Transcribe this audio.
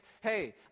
Hey